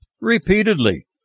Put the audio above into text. Repeatedly